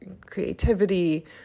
creativity